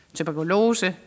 Tuberkulose